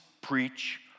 preach